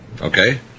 Okay